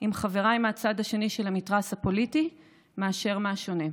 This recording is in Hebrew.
עם חבריי מהצד השני של המתרס הפוליטי מאשר מהשונה.